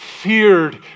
feared